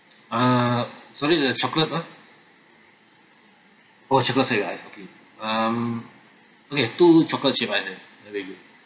uh sorry the chocolate what oh chocolate shaved ice okay um okay two chocolate shaved ice then that'll be good